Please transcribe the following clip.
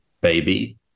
baby